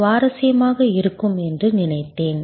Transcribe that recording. சுவாரஸ்யமாக இருக்கும் என்று நான் நினைத்தேன்